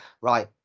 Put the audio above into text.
right